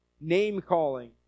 name-calling